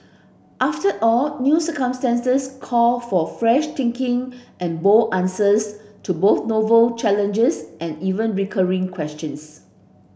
after all new circumstances call for fresh thinking and bold answers to both novel challenges and even recurring questions